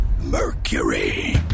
Mercury